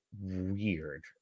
weird